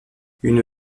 une